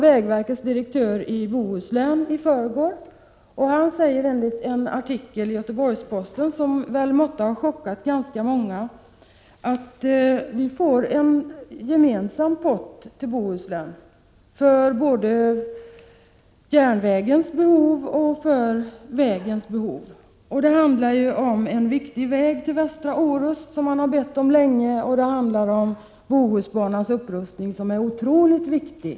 Vägverkets direktör i Bohuslän säger enligt en artikel i Göteborgs-Posten, som väl måtte ha chockat ganska många, att länet får en gemensam pott för både järnvägens och vägens behov. Det handlar om en viktig väg till västra Orust, som man länge bett om, och det handlar om Bohusbanans upprustning, som är otroligt viktig.